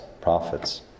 prophets